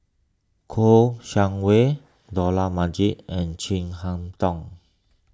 Kouo Shang Wei Dollah Majid and Chin Harn Tong